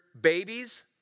babies